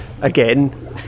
Again